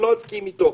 אני לא אסכים איתו,